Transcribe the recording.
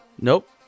Nope